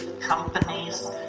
companies